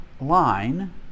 line